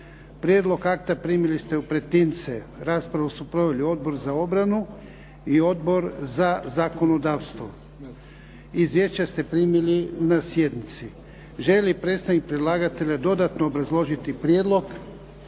Prijedlog akta primili ste u pretince. Raspravu su proveli Odbor za obranu i Odbor za zakonodavstvo. Izvješća ste primili na sjednici. Želi li predstavnik predlagatelja dodatno obrazložiti prijedlog?